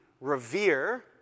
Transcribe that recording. revere